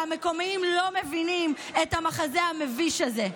והמקומיים לא מבינים את המחזה המביש הזה.